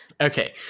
Okay